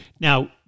Now